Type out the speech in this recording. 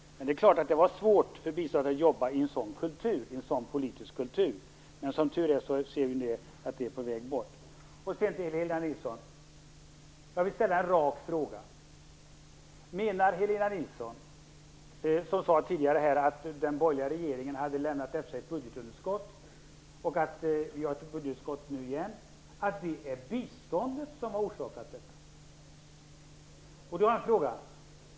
Men det är klart att det var svårt att jobba med bistånd i en sådan politisk kultur. Men som tur är ser vi nu att det är på väg bort. Till Helena Nilsson vill jag ställa en rak fråga: Menar Helena Nilsson, som sade tidigare att den borgerliga regeringen hade lämnat efter sig ett budgetunderskott och att vi har ett budgetunderskott nu igen, att det är biståndet som har orsakat detta?